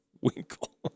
Winkle